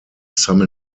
some